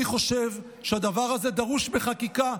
אני חושב שהדבר הזה דרוש בחקיקה.